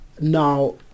now